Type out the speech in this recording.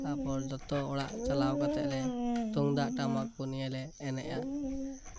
ᱛᱟᱨᱯᱚᱨ ᱡᱚᱛᱟ ᱚᱲᱟᱜ ᱪᱟᱞᱟᱣ ᱠᱟᱛᱮᱫ ᱞᱮ ᱛᱩᱢᱫᱟᱜ ᱴᱟᱢᱟᱠ ᱠᱚ ᱱᱤᱭᱮᱞᱮ ᱮᱱᱮᱡᱼᱟ